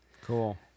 Cool